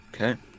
Okay